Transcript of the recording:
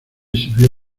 sirvió